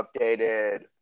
updated